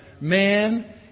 Man